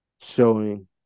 showing